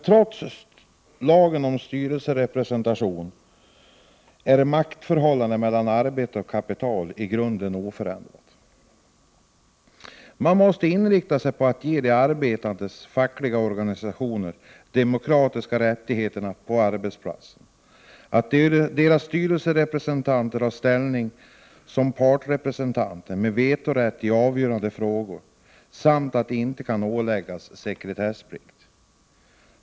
Trots lagen om styrelserepresentation är maktförhållandet mellan arbete och kapital i grunden oförändrat. Inriktningen måste vara att de arbetandes fackliga organisationer skall ha demokratiska rättigheter på arbetsplatsen, att deras styrelserepresentanter skall ha ställning som partsrepresentanter med vetorätt i avgörande frågor samt att de inte kan åläggas sekretessplikt.